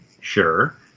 Sure